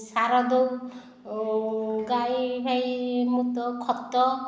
ସାର ଦେଉ ଗାଈ ହେଇ ମୁତ ଖତ